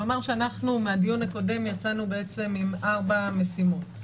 ואומר שאנחנו מהדיון הקודם יצאנו עם ארבע משימות,